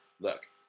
look